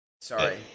Sorry